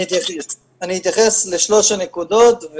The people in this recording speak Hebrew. אני אתייחס לשלוש הנקודות,